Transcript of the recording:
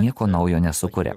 nieko naujo nesukuria